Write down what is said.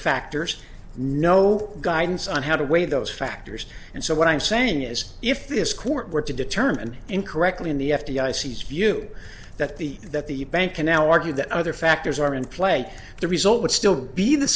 factors no guidance on how to weigh those factors and so what i'm saying is if this court were to determine incorrectly in the f d i c view that the that the bank can now argue that other factors are in play the result would still be the